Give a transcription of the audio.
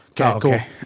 Okay